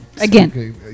Again